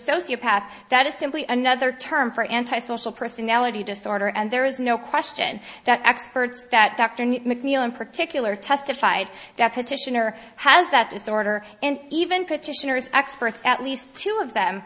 sociopath that is simply another term for anti social personality disorder and there is no question that experts that dr macneill in particular testified that petitioner has that disorder and even petitioners experts at least two of them